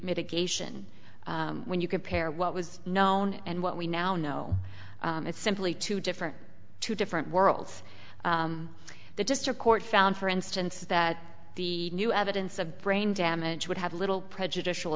mitigation when you compare what was known and what we now know it's simply too different to different worlds the district court found for instance that the new evidence of brain damage would have little prejudicial